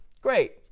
great